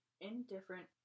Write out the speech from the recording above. indifferent